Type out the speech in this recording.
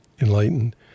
enlightened